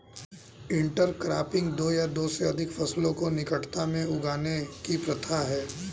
intercropping दो या दो से अधिक फसलों को निकटता में उगाने की प्रथा है